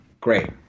great